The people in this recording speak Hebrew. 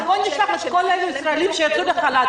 אז בואו נשלח לשם את כל הישראלים שיצאו לחל"ת.